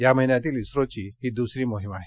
या महिन्यातील इस्त्रोची ही दुसरी मोहीम आहे